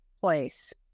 place